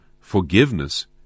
forgiveness